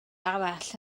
arall